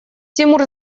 тимур